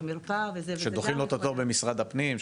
במרפאה --- שדוחים לו את התור במשרד הפנים,